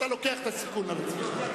אתה לוקח את הסיכון על עצמך?